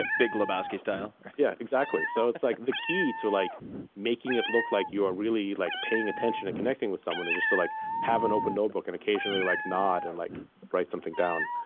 ah big lebowski style? yeah exactly. so it's like the key to like making it look like you're really like paying attention and connecting with someone is to like have an open notebook and, occasionally, like nod and like write something down.